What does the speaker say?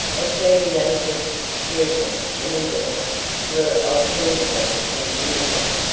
attorney langford's shrewdness and indolence were alternately intermittent.